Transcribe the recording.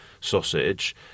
sausage